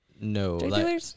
No